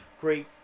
great